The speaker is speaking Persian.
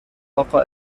اقا